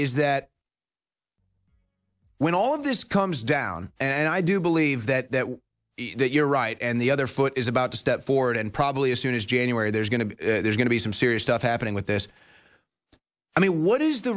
is that when all of this comes down and i do believe that that you're right and the other foot is about to step forward and probably as soon as january there's going to be there's going to be some serious stuff happening with this i mean what is the